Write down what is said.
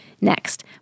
Next